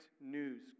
news